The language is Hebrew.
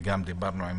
וגם דיברתי עם